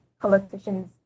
politicians